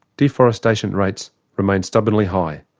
deforestation rates remain stubbornly high.